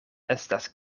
estas